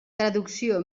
traducció